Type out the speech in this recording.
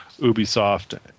Ubisoft